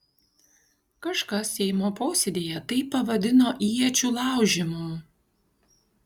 kažkas seimo posėdyje tai pavadino iečių laužymu